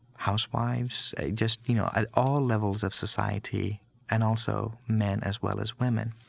housewives, just, you know, at all levels of society and also men, as well as women.